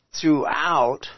throughout